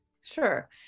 Sure